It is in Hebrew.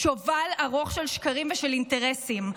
שובל ארוך של שקרים ושל אינטרסים.